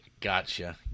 Gotcha